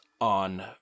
on